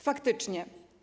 Faktycznie.